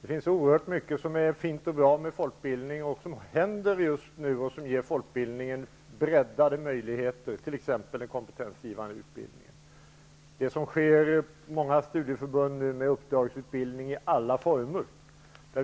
Det finns oerhört mycket som är fint och bra med folkbildningen, och mycket händer just nu som ger folkbildningen breddade möjligheter, t.ex. den kompetensgivande utbildningen. Många studieförbund bedriver nu uppdragsutbildning i alla former.